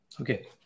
Okay